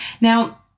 Now